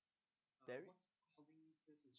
there is